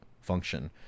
function